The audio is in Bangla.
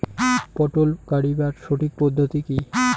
পটল গারিবার সঠিক পদ্ধতি কি?